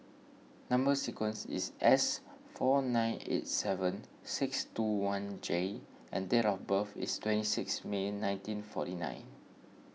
Number Sequence is S four nine eight seven six two one J and date of birth is twenty six May nineteen forty nine